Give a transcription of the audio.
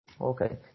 Okay